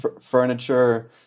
furniture